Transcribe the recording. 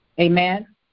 Amen